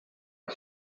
est